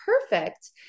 perfect